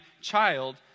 child